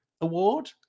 award